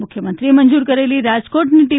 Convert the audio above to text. મુખ્યમંત્રીશ્રીએ મંજૂર કરેલી રાજકોટની ટી